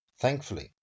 thankfully